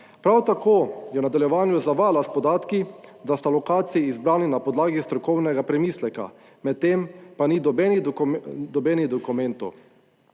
Prav tako je v nadaljevanju zavajala s podatki, da sta lokaciji izbrani na podlagi strokovnega premisleka, medtem pa ni nobenih dokumentov